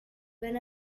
when